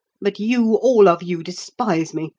but you, all of you, despise me.